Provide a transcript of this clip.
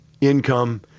income